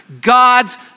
God's